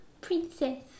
Princess